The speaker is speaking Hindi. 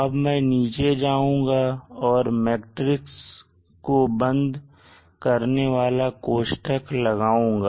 अब मैं नीचे जाऊँगा और मैट्रिक्स को बंद करने वाला कोष्टक डालूंगा